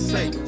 Say